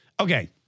Okay